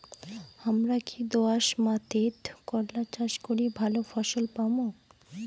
হামরা কি দোয়াস মাতিট করলা চাষ করি ভালো ফলন পামু?